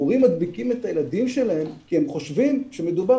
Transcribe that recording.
הורים מדביקים את הילדים שלהם כי הם חושבים שמדובר